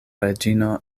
reĝino